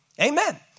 Amen